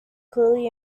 clearly